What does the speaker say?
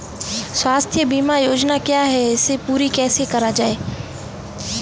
स्वास्थ्य बीमा योजना क्या है इसे पूरी कैसे कराया जाए?